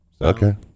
Okay